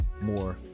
more